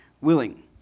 willing